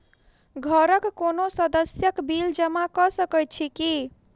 घरक कोनो सदस्यक बिल जमा कऽ सकैत छी की?